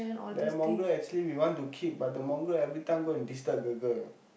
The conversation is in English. the Mongrel actually we want to keep but the Mongrel every time go and disturb the girl